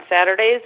Saturdays